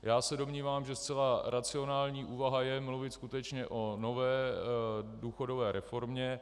Já se domnívám, že zcela racionální úvaha je mluvit skutečně o nové důchodové reformě.